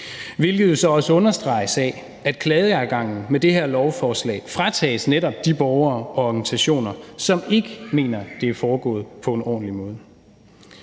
hvilket jo så også understreges af, at klageadgangen med det her lovforslag fratages netop de borgere og organisationer, som ikke mener, at det er foregået på en ordentlig måde.